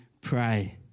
pray